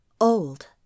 Old